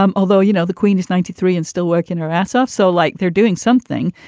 um although, you know, the queen is ninety three and still working her ass off. so like, they're doing something,